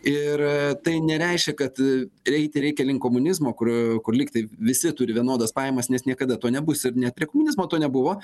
ir tai nereiškia kad eiti reikia link komunizmo kurio kur lygtai visi turi vienodas pajamas nes niekada to nebus ir net prie komunizmo to nebuvo